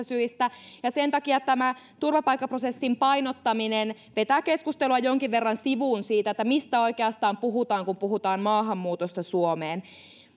syistä ja sen takia tämä turvapaikkaprosessin painottaminen vetää keskustelua jonkin verran sivuun siitä mistä oikeastaan puhutaan kun puhutaan maahanmuutosta suomeen